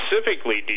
specifically